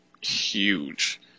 huge